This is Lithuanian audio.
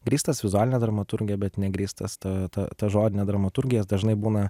grįstas vizualine dramaturgija bet negrįstas ta ta ta žodine dramaturgija dažnai būna